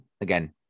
again